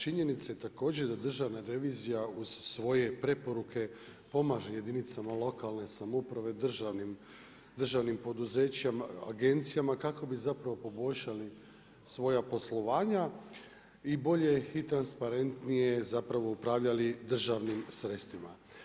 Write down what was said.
Činjenica je također da Državna revizija uz svoje preporuke pomaže jedinicama lokalne samouprave, državnim poduzećima, agencijama kako bi poboljšali svoja poslovanja i bolje i transparentnije upravljali državnim sredstvima.